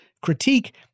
critique